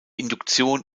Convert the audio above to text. induktion